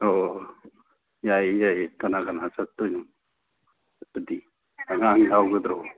ꯑ ꯑꯣꯍ ꯌꯥꯏꯌꯦ ꯌꯥꯏꯌꯦ ꯀꯅꯥ ꯀꯅꯥ ꯆꯠꯇꯣꯏꯅꯣ ꯍꯥꯏꯗꯤ ꯑꯉꯥꯡ ꯌꯥꯎꯒꯗ꯭ꯔꯣ